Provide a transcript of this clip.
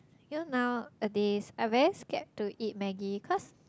you know nowadays I very scared to eat Maggi cause